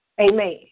Amen